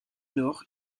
nord